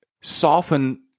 soften